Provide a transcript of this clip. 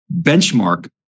benchmark